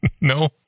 No